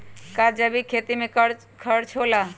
का जैविक खेती में कम खर्च होला?